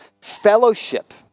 fellowship